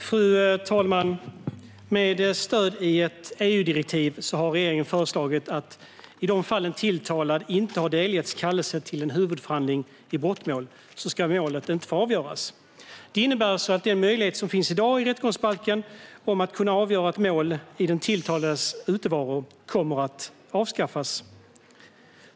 Fru talman! Med stöd i ett EU-direktiv har regeringen föreslagit att i de fall en tilltalad inte har delgetts kallelse till en huvudförhandling i brottmål ska målet inte få avgöras. Det innebär att den möjlighet som i dag finns i rättegångsbalken att kunna avgöra ett mål i den tilltalades utevaro kommer att avskaffas.